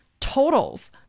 totals